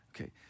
Okay